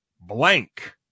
blank